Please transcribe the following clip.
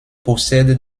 possède